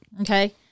Okay